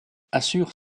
assure